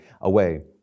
away